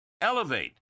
Elevate